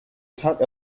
taught